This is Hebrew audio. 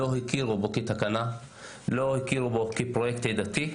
או כפרויקט עדתי.